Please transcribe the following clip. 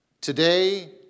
Today